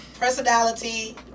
personality